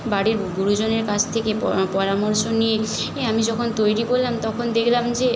বাড়ির গুরুজনের কাছ থেকে পরামর্শ নিয়ে এ আমি যখন তৈরি করলাম তখন দেখলাম যে